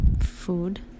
food